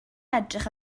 edrych